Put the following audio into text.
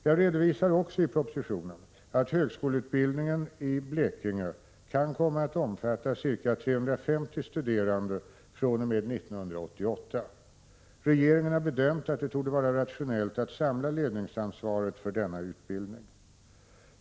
Jag redovisar också i propositionen att högskoleutbildningen i Blekinge kan komma att omfatta ca 350 studerande fr.o.m. 1988. Regeringen har bedömt att det torde vara rationellt att samla ledningsansvaret för denna utbildning.